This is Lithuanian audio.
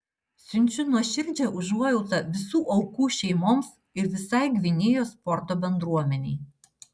siunčiu nuoširdžią užuojautą visų aukų šeimoms ir visai gvinėjos sporto bendruomenei